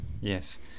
yes